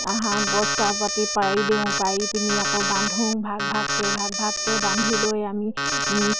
হাঁহক বস্তা পাতি মানে পাৰি দিওঁ পাৰি পিনে আকৌ বান্ধো ভাগ ভাগকৈ ভাগ ভাগকৈ বান্ধি লৈ আমি